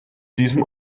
diesem